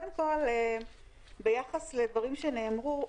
ביחס לדברים שנאמרו,